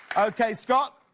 okay, scott.